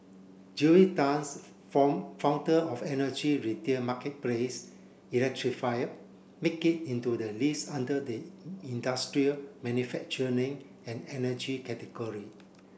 Julius Tans form founder of energy retail marketplace electrifier make it into the list under the industrial manufacturing and energy category